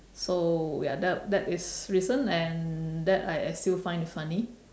so ya that that is recent and that I still find it funny